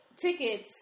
tickets